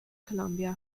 columbia